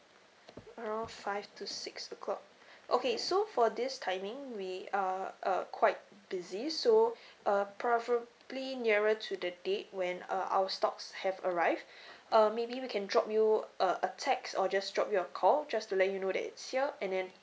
around five to six O clock okay so for this timing we are uh quite busy so uh preferably nearer to the date when uh our stocks have arrived uh maybe we can drop you a a text or just drop you a call just to let you know that it's here and then